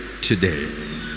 today